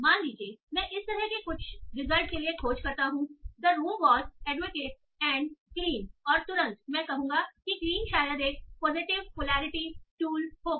मान लीजिए मैं इस तरह के कुछ रिजल्ट के लिए खोज करता हूं the room was adequate and clean और तुरंत मैं कहूंगा कि क्लीन शायद एक पॉजिटिव पोलैरिटी टूल होगा